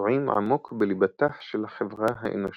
נטועים עמוק בליבתה של החברה האנושית,